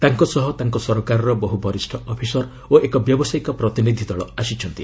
ତାଙ୍କ ସହ ତାଙ୍କ ସରକାରର ବହୁ ବରିଷ୍ଠ ଅଫିସର ଓ ଏକ ବ୍ୟବସାୟୀକ ପ୍ରତିନିଧି ଦଳ ଆସିଛନ୍ତି